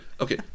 okay